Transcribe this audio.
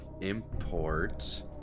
import